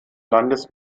landes